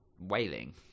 Wailing